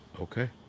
Okay